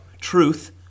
truth